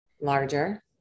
larger